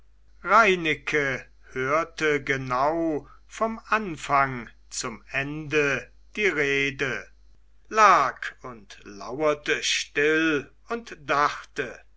reineke hörte genau vom anfang zum ende die rede lag und lauerte still und dachte